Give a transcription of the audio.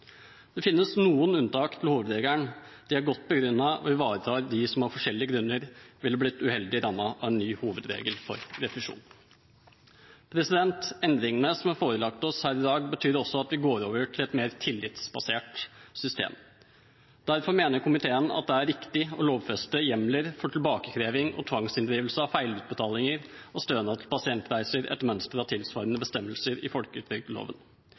Det finnes noen unntak fra hovedregelen; de er godt begrunnet og ivaretar dem som av forskjellige grunner ville blitt uheldig rammet av en ny hovedregel for refusjon. Endringene som er forelagt oss her i dag, betyr også at vi går over til et mer tillitsbasert system. Derfor mener komiteen at det er riktig å lovfeste hjemler for tilbakekreving og tvangsinndrivelse av feilutbetalinger og stønad til pasientreiser etter mønster av tilsvarende bestemmelser i